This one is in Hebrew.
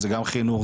גם חינוך,